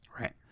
Right